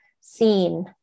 seen